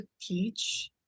teach